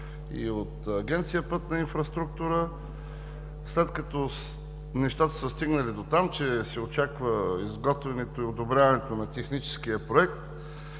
и от Агенция „Пътна инфраструктура“, след като нещата са стигнали дотам, че се очаква изготвянето и одобряването на техническия проект.